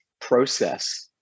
process